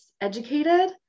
educated